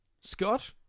Scott